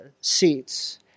seats